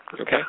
Okay